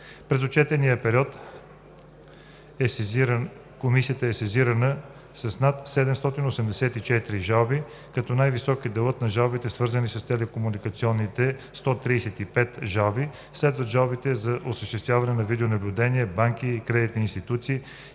През отчетния период Комисията е сезирана с над 784 жалби, като най-висок е делът на жалбите, свързани с телекомуникациите – 135 жалби, следват жалбите за осъществяване на видеонаблюдение, банки и кредитни институции,